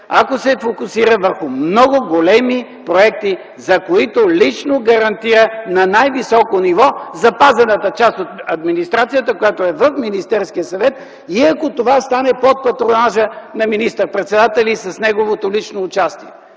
ако се фокусира върху много големи проекти, за които лично гарантира на най-високо ниво запазената част от администрацията, която е в Министерския съвет. И ако това стане под патронажа на министър-председателя и с неговото лично участие,